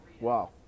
wow